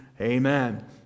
Amen